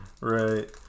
Right